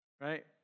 right